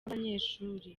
abanyeshuri